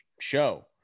show